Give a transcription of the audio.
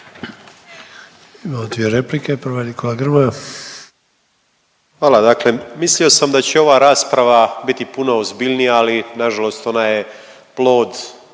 Hvala. Dakle mislio sam da će ova rasprava biti puno ozbiljnija, ali nažalost ona je plod